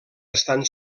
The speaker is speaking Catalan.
estan